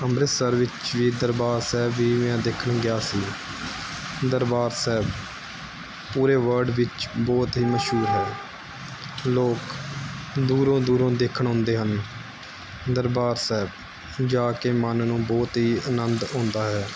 ਅੰਮ੍ਰਿਤਸਰ ਵਿੱਚ ਵੀ ਦਰਬਾਰ ਸਾਹਿਬ ਵੀ ਮੈਂ ਦੇਖਣ ਗਿਆ ਸੀ ਦਰਬਾਰ ਸਾਹਿਬ ਪੂਰੇ ਵਰਡ ਵਿੱਚ ਬਹੁਤ ਹੀ ਮਸ਼ਹੂਰ ਹੈ ਲੋਕ ਦੂਰੋਂ ਦੂਰੋਂ ਦੇਖਣ ਆਉਂਦੇ ਹਨ ਦਰਬਾਰ ਸਾਹਿਬ ਜਾ ਕੇ ਮਨ ਨੂੰ ਬਹੁਤ ਹੀ ਆਨੰਦ ਆਉਂਦਾ ਹੈ